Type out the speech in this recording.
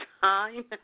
time